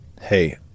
hey